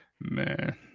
Man